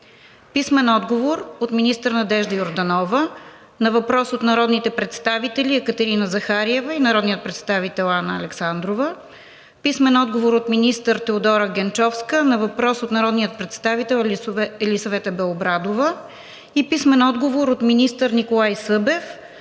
писмен отговор от министър Надежда Йорданова на въпроси от народните представители Екатерина Захариева и народния представител Анна Александрова; - писмен отговор от министър Теодора Генчовска на въпрос от народния представител Елисавета Белобрадова; - писмен отговор от министър Николай Събев на въпрос от народния представител Мая